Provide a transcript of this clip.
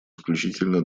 исключительно